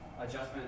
adjustment